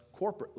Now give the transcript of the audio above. corporately